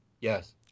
Yes